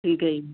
ਠੀਕ ਹੈ ਜੀ